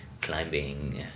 climbing